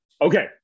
Okay